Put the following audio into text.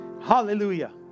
Hallelujah